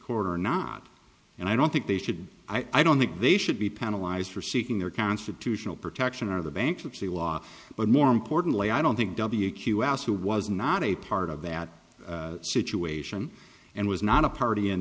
court or not and i don't think they should i don't think they should be penalized for seeking their constitutional protection or the bankruptcy law but more importantly i don't think w q ass who was not a part of that situation and was not a party in